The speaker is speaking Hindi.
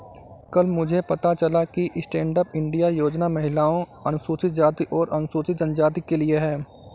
कल मुझे पता चला कि स्टैंडअप इंडिया योजना महिलाओं, अनुसूचित जाति और अनुसूचित जनजाति के लिए है